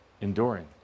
enduring